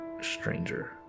stranger